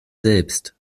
selbst